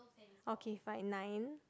okay fine nine